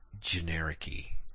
generic-y